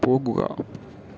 പോകുക